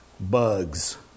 bugs